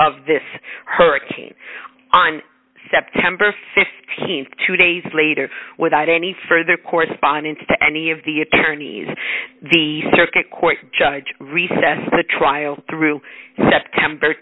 of this hurricane on september th two days later without any further correspondence to any of the attorney's the circuit court judge recessed the trial through september